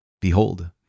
Behold